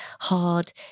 hard